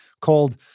called